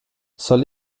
soll